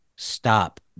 stop